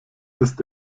ist